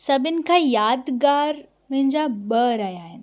सभिनि खां यादिगारु मुंहिंजा ॿ रहिया आहिनि